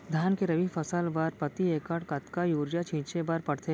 धान के रबि फसल बर प्रति एकड़ कतका यूरिया छिंचे बर पड़थे?